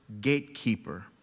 gatekeeper